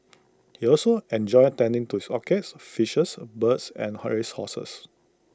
he also enjoyed tending to his orchids fishes birds and her race horses